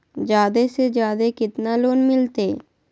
जादे से जादे कितना लोन मिलते?